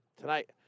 tonight